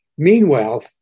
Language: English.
Meanwhile